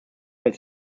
als